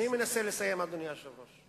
אני יכול לעבור על